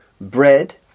Bread